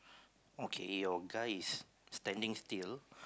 okay your guy is standing still